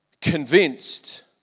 convinced